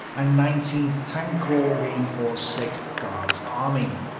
and nineteenth tank corps reinforced sixth guards army.